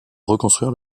reconstruire